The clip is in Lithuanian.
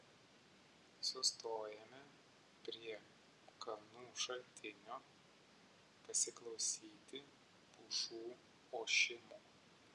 sustojome prie kalnų šaltinio pasiklausyti pušų ošimo